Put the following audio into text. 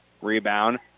Rebound